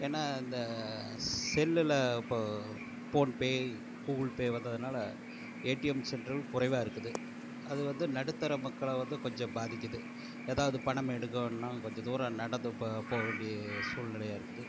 ஏன்னால் இந்த செல்லில் இப்போது போன் பே கூகுள் பே வந்ததுனால் ஏடிஎம் சென்டர்கள் குறைவாருக்குது அது வந்து நடுத்தர மக்களை வந்து கொஞ்சம் பாதிக்குது எதாவது பணம் எடுக்கணும்னா கொஞ்சம் தூரம் நடந்து இப்போ போக வேண்டிய சூழ்நிலையாருக்குது